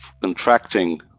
contracting